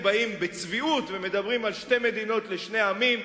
באים בצביעות ומדברים על שתי מדינות לשני עמים,